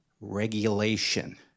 regulation